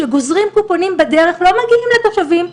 שגוזרים קופונים בדרך ולא מגיעים לתושבים,